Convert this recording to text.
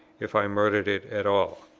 if i murdered it at all?